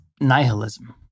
nihilism